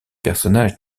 personnages